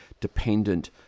dependent